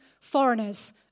foreigners